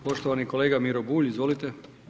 Poštovani kolega Miro Bulj, izvolite.